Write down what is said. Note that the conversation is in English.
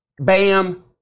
Bam